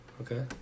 Okay